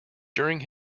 during